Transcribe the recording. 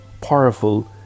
powerful